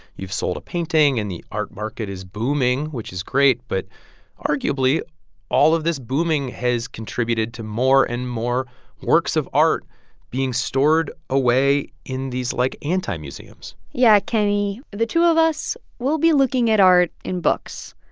you've sold a painting, and the art market is booming, which is great. but arguably all of this booming has contributed to more and more works of art being stored away in these like anti-museums yeah, kenny, the two of us we'll be looking at art in books.